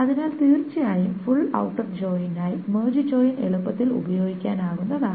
അതിനാൽ തീർച്ചയായും full outer ജോയിനിനായി മെർജ് ജോയിൻ എളുപ്പത്തിൽ ഉപയോഗിക്കാനാകുന്നതാണ്